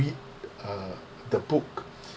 read uh the book